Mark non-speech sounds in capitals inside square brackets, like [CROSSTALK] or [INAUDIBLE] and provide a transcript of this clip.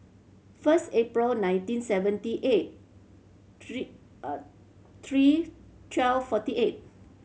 first April nineteen seventy eight three [HESITATION] three twelve forty eight